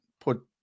Put